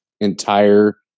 entire